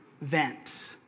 vent